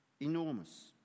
Enormous